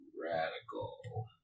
Radical